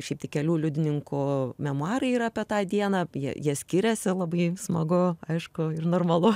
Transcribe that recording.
šiaip tik kelių liudininkų memuarai yra apie tą dieną jie jie skiriasi labai smagu aišku ir normalu